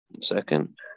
Second